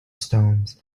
stones